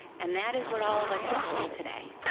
and that is what all of us get to do today.